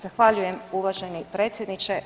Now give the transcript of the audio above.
Zahvaljujem uvaženi predsjedniče.